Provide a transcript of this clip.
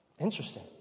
interesting